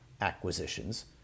acquisitions